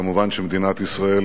מובן שמדינת ישראל